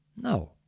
No